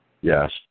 yes